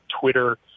Twitter –